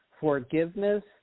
forgiveness